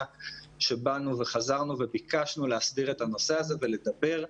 שבאנו וחזרנו וביקשנו להסדיר את הנושא הזה ולדבר,